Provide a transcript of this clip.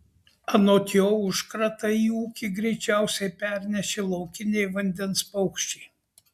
anot jo užkratą į ūkį greičiausiai pernešė laukiniai vandens paukščiai